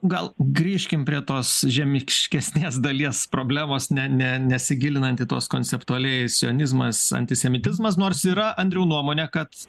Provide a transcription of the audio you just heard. gal grįžkim prie tos žemikškesnės dalies problemos ne ne nesigilinant į tuos konceptualiai sionizmas antisemitizmas nors yra andriau nuomonė kad